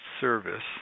service